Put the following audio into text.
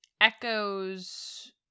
echoes